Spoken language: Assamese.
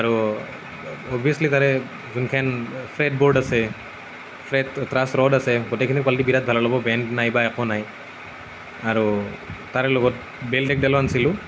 আৰু অভিয়াচলী তাৰে যোনখন ফেড বৰ্ড আছে ফেড ট্ৰাছ ৰড আছে গোটেইখিনিৰ কোৱালিটি বিৰাট ভাল হ'ব বেণ্ড নাইবা একো নাই আৰু তাৰে লগত বেল্ট এডালো আনিছিলো